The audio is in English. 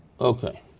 Okay